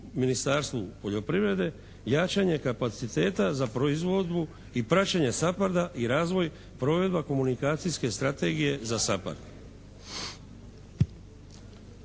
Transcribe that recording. Ministarstvu poljoprivrede, jačanje kapaciteta za proizvodbu i praćenje SAPHARD-a i razvoj, provedba komunikacijske strategije za SAPHARD.